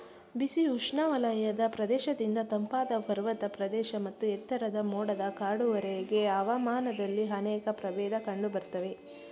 ಬಿಸಿ ಉಷ್ಣವಲಯದ ಪ್ರದೇಶದಿಂದ ತಂಪಾದ ಪರ್ವತ ಪ್ರದೇಶ ಮತ್ತು ಎತ್ತರದ ಮೋಡದ ಕಾಡುವರೆಗೆ ಹವಾಮಾನದಲ್ಲಿ ಅನೇಕ ಪ್ರಭೇದ ಕಂಡುಬರ್ತವೆ